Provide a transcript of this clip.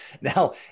Now